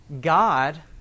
God